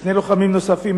שני לוחמים נוספים,